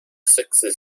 sixers